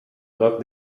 roc